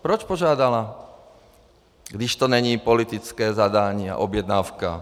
Proč požádala, když to není politické zadání a objednávka?